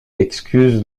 excuse